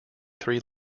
three